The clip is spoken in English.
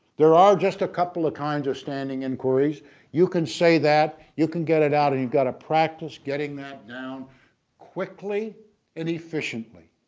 there are just a couple of kinds of standing inquiries you can say that you can get it out and you've got to practice getting that down quickly and efficiently